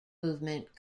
movement